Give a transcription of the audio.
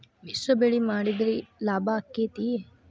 ಮಿಶ್ರ ಬೆಳಿ ಮಾಡಿದ್ರ ಲಾಭ ಆಕ್ಕೆತಿ?